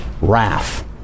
wrath